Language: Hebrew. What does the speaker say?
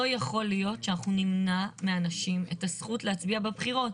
לא יכול להיות שאנחנו נמנע מאנשים את הזכות להצביע בבחירות,